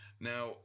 Now